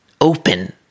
open